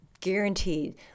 guaranteed